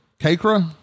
Kakra